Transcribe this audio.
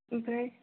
ओमफ्राय